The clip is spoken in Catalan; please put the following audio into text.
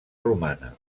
romana